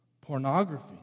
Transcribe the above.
Pornography